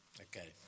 Okay